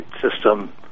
system